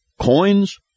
coins